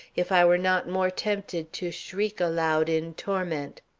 if i were not more tempted to shriek aloud in torment.